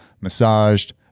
massaged